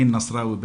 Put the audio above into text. ולין נסראוי,